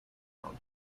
gown